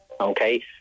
Okay